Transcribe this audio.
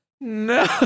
No